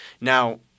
Now